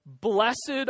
blessed